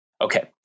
okay